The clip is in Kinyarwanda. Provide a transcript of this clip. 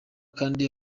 kandi